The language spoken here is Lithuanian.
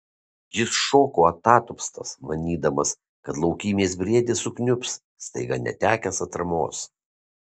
jis šoko atatupstas manydamas kad laukymės briedis sukniubs staiga netekęs atramos